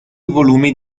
volumi